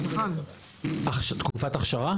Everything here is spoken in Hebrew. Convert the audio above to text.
תקופת אכשרה?